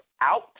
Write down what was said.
out